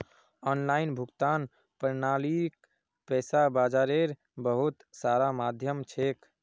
online भुगतान प्रणालीक पैसा बाजारेर बहुत सारा माध्यम छेक